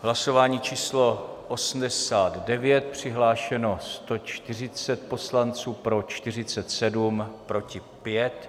Hlasování číslo 89, přihlášeno 140 poslanců, pro 47, proti 5.